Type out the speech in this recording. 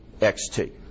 XT